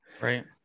right